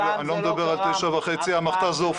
אני לא מדבר על תשע וחצי, המכת"ז לא הופעל